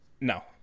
no